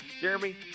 Jeremy